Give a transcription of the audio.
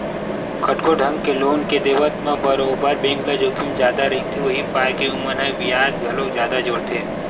कतको ढंग के लोन के देवत म बरोबर बेंक ल जोखिम जादा रहिथे, उहीं पाय के ओमन ह बियाज घलोक जादा जोड़थे